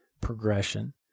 progression